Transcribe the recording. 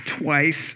twice